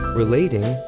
relating